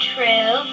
True